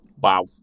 Wow